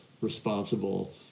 responsible